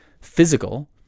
physical